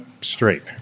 straight